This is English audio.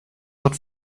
not